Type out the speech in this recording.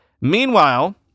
Meanwhile